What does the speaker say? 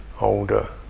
older